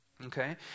Okay